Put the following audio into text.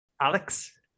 Alex